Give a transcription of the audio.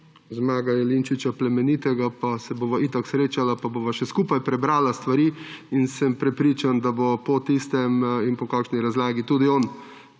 Zmagom Jelinčičem Plemenitim pa se bova itak srečala, pa bova še skupaj prebrala stvari in sem prepričan, da bo po tistem in po kakšni razlagi tudi on